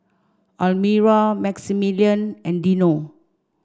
Almira Maximillian and Dino